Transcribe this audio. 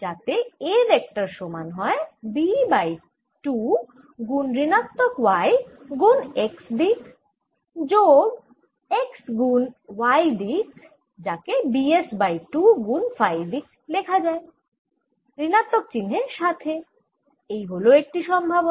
যাতে A vector সমান হয় B বাই 2 গুন ঋণাত্মক y গুন x দিক যোগ x গুন y দিক যাকে B s বাই 2 গুন ফাই দিক লেখা যায় ঋণাত্মক চিহ্নের সাথে এই হল একটি সম্ভাবনা